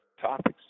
topics